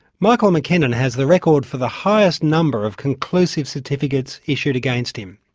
michael mckinnon has the record for the highest number of conclusive certificates issued against him.